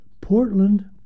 Portland